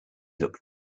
looked